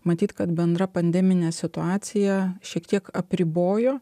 matyt kad bendra pandeminė situacija šiek tiek apribojo